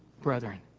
brethren